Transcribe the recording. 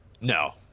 no